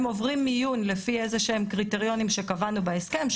הם עוברים מיון לפי איזשהם קריטריונים שקבענו בהסכם,